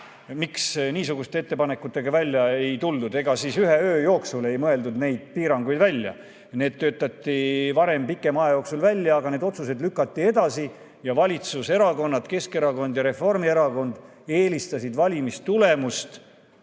miks niisuguste ettepanekutega [varem] välja ei tuldud. Ega siis ühe öö jooksul ei mõeldud neid piiranguid välja. Need töötati varem pikema aja jooksul välja, aga need otsused lükati edasi ja valitsuserakonnad – Keskerakond ja Reformierakond – eelistasid valimistulemust